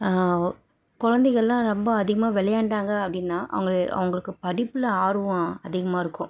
குழந்தைகள்லாம் ரொம்ப அதிகமாக விளையாண்டாங்க அப்படின்னா அவங்க அவங்களுக்கு படிப்பில் ஆர்வம் அதிகமாக இருக்கும்